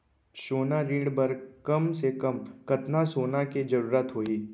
सोना ऋण बर कम से कम कतना सोना के जरूरत होही??